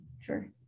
sure